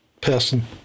person